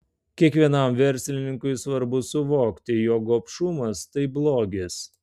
kiekvienam verslininkui svarbu suvokti jog gobšumas tai blogis